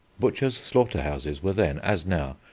butchers' slaughter-houses were then, as now,